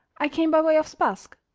i came by way of spassk.